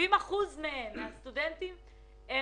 70% מהסטודנטים הם